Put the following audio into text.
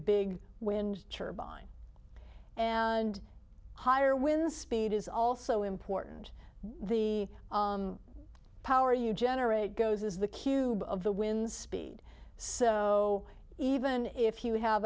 big wind turbine and higher when the speed is also important the power you generate goes is the cube of the wind speed so even if you have